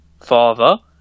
father